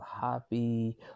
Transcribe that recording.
happy